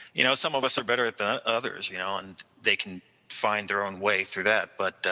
you know some of us are better at the others, you know and they can find their own way through that, but